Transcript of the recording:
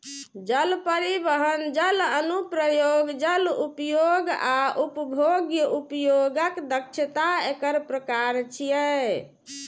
जल परिवहन, जल अनुप्रयोग, जल उपयोग आ उपभोग्य उपयोगक दक्षता एकर प्रकार छियै